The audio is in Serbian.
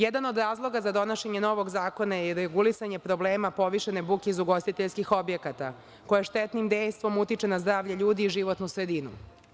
Jedan od razloga za donošenje novog zakona je i regulisanje problema povišene buke iz ugostiteljskih objekata, koja štetnim dejstvom utiče na zdravlje ljudi i životnu sredinu.